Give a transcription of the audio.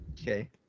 Okay